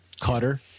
Cutter